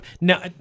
Now